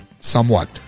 somewhat